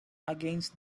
against